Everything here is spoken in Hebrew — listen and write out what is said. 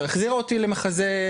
שהחזירה אותי למחזה צלילי המוזיקה.